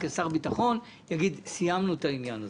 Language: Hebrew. כשר הביטחון יגיד: סיימנו את העניין הזה.